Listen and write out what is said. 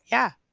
yeah,